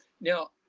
now